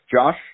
Josh